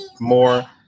more